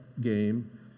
game